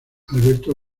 alberto